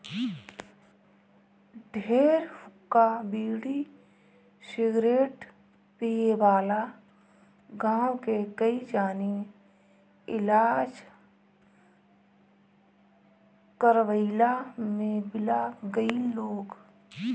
ढेर हुक्का, बीड़ी, सिगरेट पिए वाला गांव के कई जानी इलाज करवइला में बिला गईल लोग